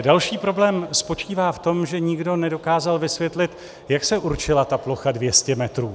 Další problém spočívá v tom, že nikdo nedokázal vysvětlit, jak se určila plocha 200 metrů.